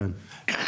כן.